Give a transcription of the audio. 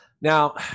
Now